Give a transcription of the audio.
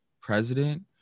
president